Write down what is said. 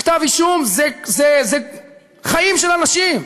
כתב אישום זה חיים של אנשים.